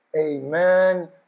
Amen